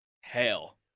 hell